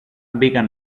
μπήκαν